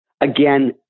Again